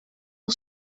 del